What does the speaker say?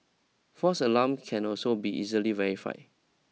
false alarm can also be easily verified